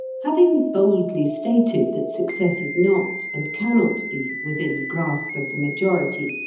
having boldly stated that success is not, and cannot be, within grasp of the majority,